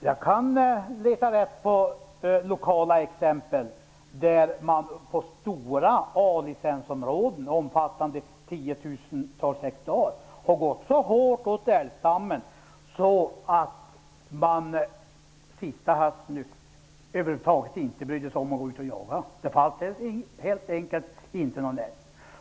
Jag kan leta rätt på lokala exempel där man på stora A-licensområden, omfattande tiotusentals hektar, har gått så hårt åt älgstammen att man senaste hösten över huvud taget inte brydde sig om att gå ut och jaga. Det fanns helt enkelt inte någon älg.